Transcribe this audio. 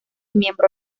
miembro